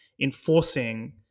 enforcing